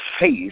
Faith